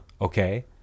Okay